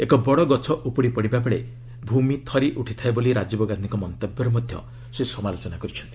ଏକ ବଡ଼ଗଛ ଉପୁଡ଼ି ପଡ଼ିବାବେଳେ ଭୂମି ଥରି ଉଠିଥାଏ ବୋଲି ରାଜୀବ ଗାନ୍ଧିଙ୍କ ମନ୍ତବ୍ୟର ମଧ୍ୟ ସେ ସମାଲୋଚନା କରିଛନ୍ତି